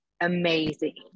amazing